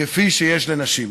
כפי שיש לנשים.